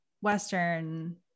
Western